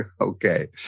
Okay